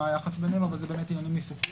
אבל זה עניין ניסוחי.